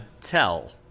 tell